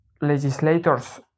legislators